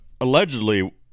Allegedly